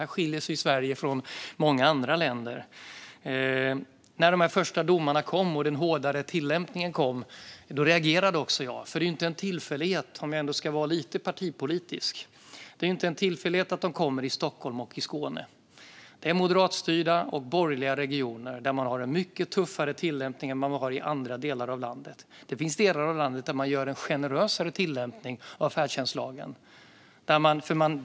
Här skiljer sig Sverige från många andra länder. När de första domarna med den hårdare tillämpningen kom reagerade också jag. Det är ju inte en tillfällighet, om jag ska vara lite partipolitisk, att de kom i Stockholm och i Skåne. Det är moderatstyrda och borgerliga regioner där man har en mycket tuffare tillämpning än i andra delar av landet. Det finns delar av landet där man gör en generösare tillämpning av färdtjänstlagen.